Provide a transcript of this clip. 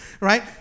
Right